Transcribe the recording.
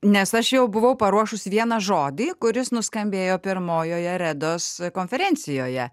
nes aš jau buvau paruošusi vieną žodį kuris nuskambėjo pirmojoje redos konferencijoje